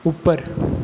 ऊपर